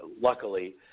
luckily